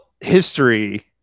history